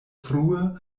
frue